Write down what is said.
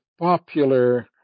popular